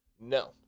No